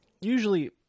usually